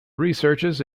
researchers